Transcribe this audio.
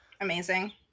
amazing